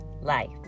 life